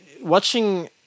watching